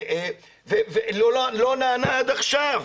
ולא נענה עד עכשיו.